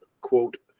quote